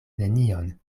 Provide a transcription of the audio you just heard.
nenion